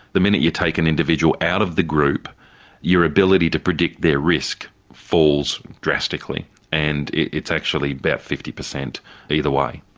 the minute you take an individual out of the group your ability to predict their risk falls drastically and it's actually about but fifty per cent either way.